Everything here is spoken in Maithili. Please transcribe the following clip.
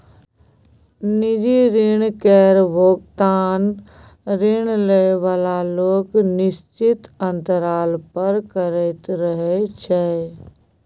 निजी ऋण केर भोगतान ऋण लए बला लोक निश्चित अंतराल पर करैत रहय छै